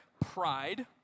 pride